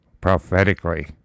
prophetically